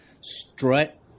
strut